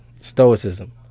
stoicism